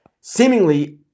Seemingly